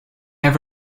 have